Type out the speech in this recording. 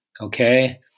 okay